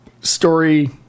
Story